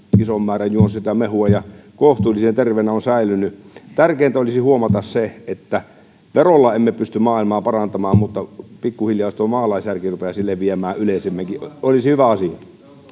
ison määrän juon sitä mehua ja kohtuullisen terveenä olen säilynyt tärkeintä olisi huomata se että verolla emme pysty maailmaa parantamaan mutta pikkuhiljaa jos tuo maalaisjärki rupeaisi leviämään yleisimminkin se olisi hyvä asia